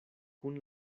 kun